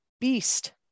beast